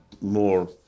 more